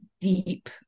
deep